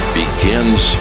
begins